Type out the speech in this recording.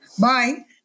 Bye